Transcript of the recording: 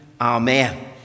Amen